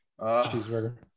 cheeseburger